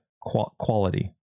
quality